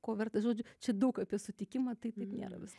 ko vertas žodžiu čia daug apie sutikimą taip taip nėra viskas